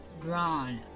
drawn